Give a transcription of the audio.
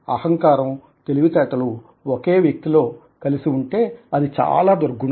అహంకారం తెలివితేటలూ ఒకే వ్యక్తి లో కలిసివుంటే అది చాలా దుర్గుణం